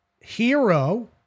hero